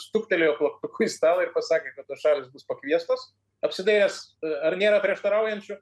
stuktelėjo plaktuku į stalą ir pasakė kad tos šalys bus pakviestos apsidairęs ar nėra prieštaraujančių